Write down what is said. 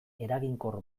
eraginkor